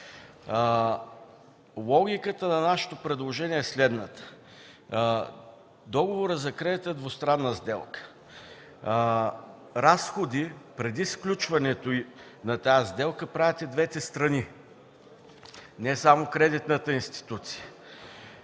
Логиката на нашето предложение е следната – договорът за кредит е двустранна сделка. Разходите преди сключването на тази сделка правят и двете страни, не само от кредитната институция.